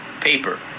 Paper